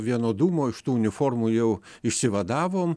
vienodumo iš tų uniformų jau išsivadavom